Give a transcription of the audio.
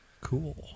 Cool